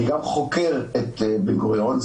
אני גם חוקר את בן-גוריון,